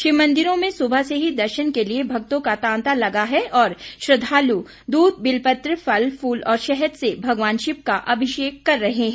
शिव मंदिरों में सुबह से ही दर्शन के लिए भक्तों का तांता लग है और श्रद्वालु दूध बिल पत्र फल फूल और शहद से भगवान शिव का अभिषेक कर रहे हैं